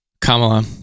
Kamala